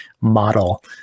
model